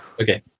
Okay